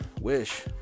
Wish